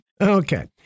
Okay